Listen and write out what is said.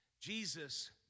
Jesus